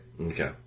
Okay